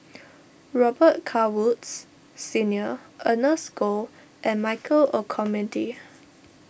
Robet Carr Woods Senior Ernest Goh and Michael Olcomendy